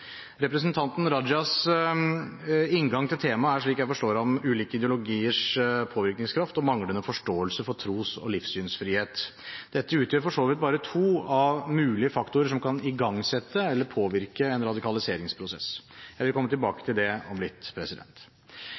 Representanten Rajas inngang til temaet er – slik jeg forstår ham – ulike ideologiers påvirkningskraft og manglende forståelse for tros- og livssynsfrihet. Dette utgjør for så vidt bare to av flere mulige faktorer som kan igangsette eller påvirke en radikaliseringsprosess. Jeg vil komme tilbake til det om litt.